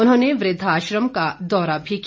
उन्होंने वृद्वाश्रम का दौरा भी किया